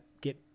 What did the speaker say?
get